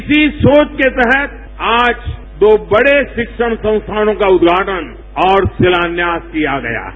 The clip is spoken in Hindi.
इसी सोच के तहत आज दो बड़े रिक्षण संस्थानों का उद्घाटन और शिलान्यास किया गया है